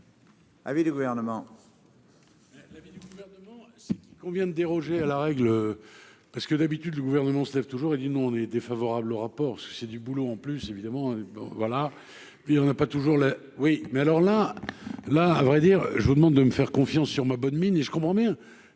l'avis du Gouvernement